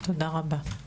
תודה רבה.